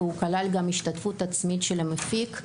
וכלל גם השתתפות עצמית של המפיק.